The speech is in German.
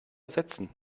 setzen